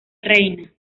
reina